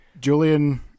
Julian